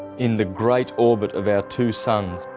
in the great orbit of our two suns,